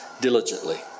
diligently